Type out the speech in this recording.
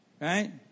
Right